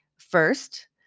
first